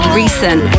recent